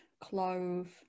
clove